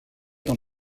dans